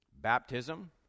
baptism